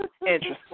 Interesting